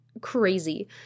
crazy